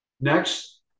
Next